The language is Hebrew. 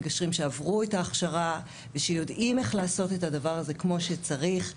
מגשרים שעברו את ההכשרה ושיודעים איך לעשות את הדבר הזה כמו שצריך.